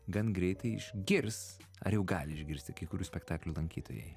gan greitai išgirs ar jau gali išgirsti kai kurių spektaklių lankytojai